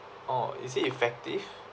oh is it effective